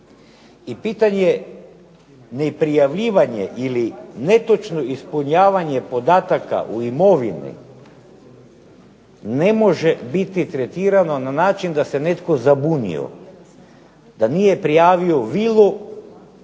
i pitanje neprijavljivanje ili netočno ispunjavanje podataka o imovini, ne može biti tretirano na način da se netko zabunio, da nije prijavio vilu,